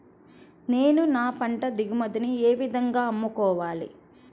నేను నా పంట దిగుబడిని ఏ విధంగా అమ్ముకోవాలి?